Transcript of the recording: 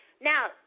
Now